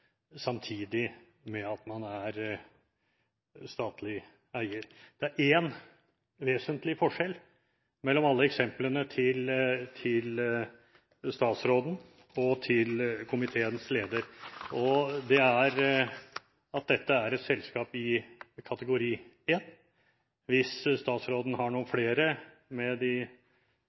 samtidig med at man er statlig eier. Det er én vesentlig forskjell mellom alle eksemplene til statsråden og komiteens leder, og det er at dette er et selskap i kategori 1. Hvis statsråden har noen flere